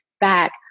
back